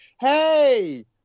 Hey